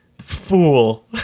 fool